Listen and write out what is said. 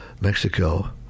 mexico